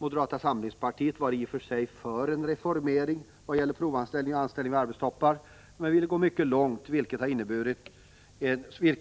Moderata samlingspartiet var i och för sig för en reformering i vad gäller provanställning och anställning vid arbetstoppar men ville gå mycket långt, vilket